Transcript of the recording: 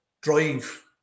drive